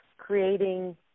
creating